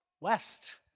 West